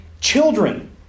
children